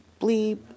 bleep